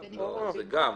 זה גם,